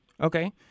Okay